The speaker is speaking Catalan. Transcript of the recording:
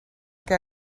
que